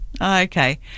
Okay